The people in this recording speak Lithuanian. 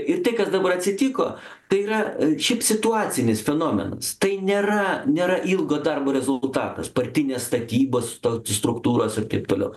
ir tai kas dabar atsitiko tai yra šiaip situacinis fenomenas tai nėra nėra ilgo darbo rezultatas partinės statybos ta struktūros ir taip toliau